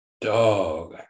Dog